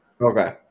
Okay